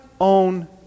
own